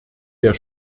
der